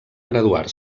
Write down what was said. graduar